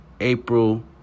April